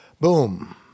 boom